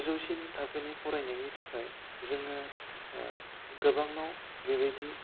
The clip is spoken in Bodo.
गोजौसिन थाखोनि फरायनायनि थाखाय जोङो गोबांनाव बेबायदि